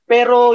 Pero